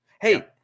Hey